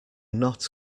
not